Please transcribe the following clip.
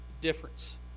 difference